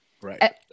Right